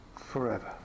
forever